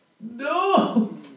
No